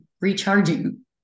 recharging